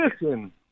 Listen